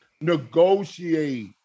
negotiate